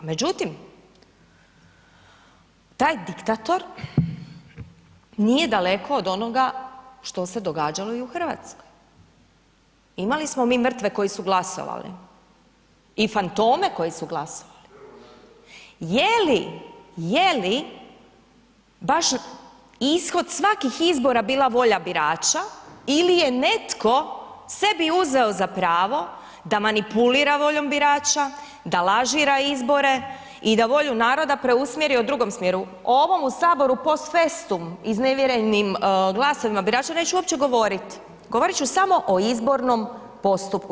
Međutim, taj diktator nije daleko od onoga što se događalo i u RH, imali smo mi mrtve koji su glasovali i fantome koji su glasovali, je li, je li baš ishod svakih izbora bila volja birača ili je netko sebi uzeo za pravo da manipulira voljom birača, da lažira izbore i da volju naroda preusmjeri u drugom smjeru, ovom u HS post festum iznevjerenim glasovima birača neću uopće govoriti, govorit ću samo o izbornom postupku.